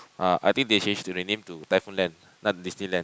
ah I think they should change the name to typhoon land not Disneyland